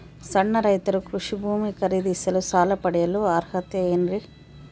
ಸಣ್ಣ ರೈತರು ಕೃಷಿ ಭೂಮಿ ಖರೇದಿಸಲು ಸಾಲ ಪಡೆಯಲು ಅರ್ಹರೇನ್ರಿ?